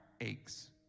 aches